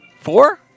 Four